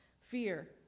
Fear